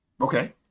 Okay